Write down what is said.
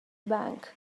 bank